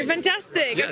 Fantastic